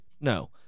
No